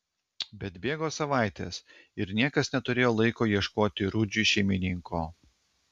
bet bėgo savaitės ir niekas neturėjo laiko ieškoti rudžiui šeimininko